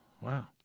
wow